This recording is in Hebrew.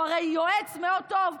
הוא הרי יועץ מאוד טוב.